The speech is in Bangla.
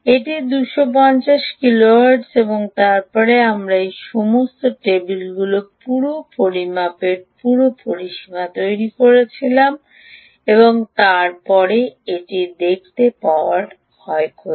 এটি 500 কিলোহার্টজ এবং তারপরে আমরা এই সমস্ত টেবিলগুলি পুরো পরিমাপের পুরো পরিসীমা তৈরি করেছিলাম এবং তারপরে এটি দেখতে পাওয়ার ক্ষয়ক্ষতি